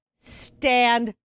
stand